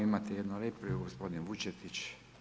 Imate jednu repliku, gospodin Vučetić.